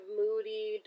moody